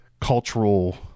cultural